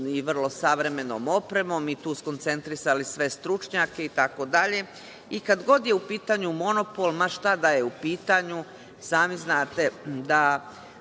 i vrlo savremenom opremom i tu skoncentrisali sve stručnjake itd? Kad god je u pitanju monopol, ma šta da je u pitanju, sami znate da